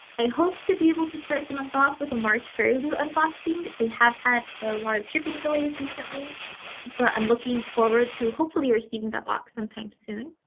i hope to be able to start the month off with a march fairy loot unboxing. they have had a lot of shipping delays recently but i'm looking forward to hopefully receiving that box sometime soon.